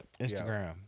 Instagram